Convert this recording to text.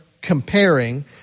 comparing